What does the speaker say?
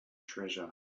treasure